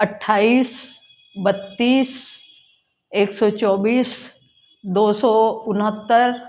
अट्ठाईस बत्तीस एक सौ चौबीस दो सौ उनहत्तर